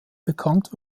bekannt